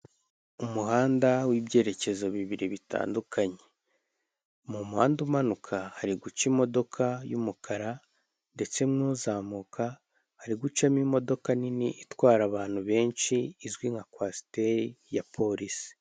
Umuhanda w'ibyerekezo bibiri bitandukanye mu muhanda umanuka hari guca imodoka y'umukara, ndetse n'uzamuka hari gucamo imodoka nini itwara abantu benshi izwi nka kwasiteri ya polisi.